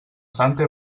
santa